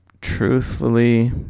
truthfully